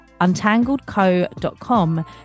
untangledco.com